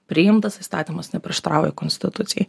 priimtas įstatymas neprieštarauja konstitucijai